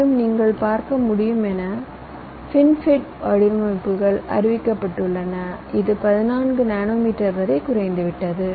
மேலும் நீங்கள் பார்க்க முடியும் என ஃபின்ஃபெட் வடிவமைப்புகள் அறிவிக்கப்பட்டுள்ளன இது 14 நானோமீட்டர் வரை குறைந்துவிட்டது